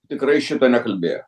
tikrai šito nekalbėjo